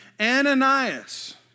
Ananias